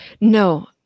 no